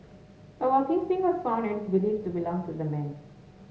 a walking stick was found and is believed to belong to the man